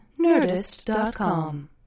Nerdist.com